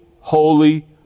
holy